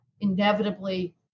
inevitably